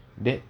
that